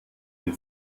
den